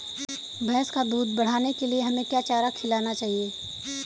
भैंस का दूध बढ़ाने के लिए हमें क्या चारा खिलाना चाहिए?